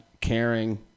caring